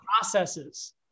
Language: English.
processes